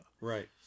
right